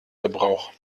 gebrauch